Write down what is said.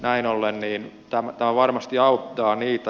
näin ollen tämä varmasti auttaa niitä